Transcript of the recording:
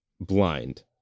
blind